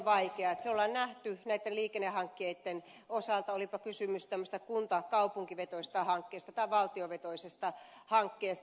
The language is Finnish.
se on nähty näitten liikennehankkeitten osalta olipa kysymys tämmöisestä kunta kaupunkivetoisesta hankkeesta tai valtiovetoisesta hankkeesta